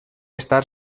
estar